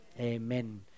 Amen